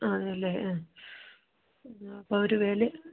ആണല്ലേ ആ പിന്നെ അപ്പോൾ ഒരു വില